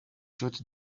shot